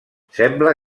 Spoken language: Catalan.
sembla